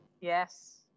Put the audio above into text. yes